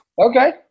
Okay